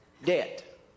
Debt